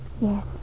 Yes